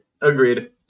Agreed